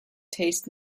taste